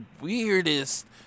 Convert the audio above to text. weirdest